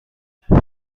حتی